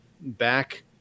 back